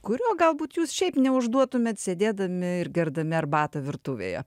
kuriuo galbūt jūs šiaip neužduotumėt sėdėdami ir gerdami arbatą virtuvėje